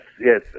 yes